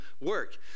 work